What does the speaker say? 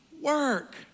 work